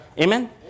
Amen